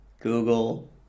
Google